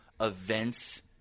events